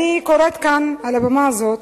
אני קוראת כאן, מעל הבמה הזאת,